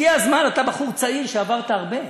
הגיע הזמן, אתה בחור צעיר שעבר הרבה.